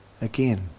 again